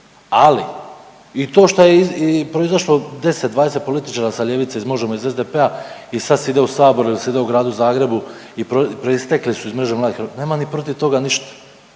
Ali, i to šta je proizašlo 10, 20 političara sa ljevice, iz Možemo!, iz SDP-a i sad side u Saboru ili side u Gradu Zagrebu i proistekli su iz Mreže mladih, nemam ni protiv toga ništa.